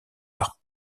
par